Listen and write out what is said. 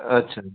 अच्छा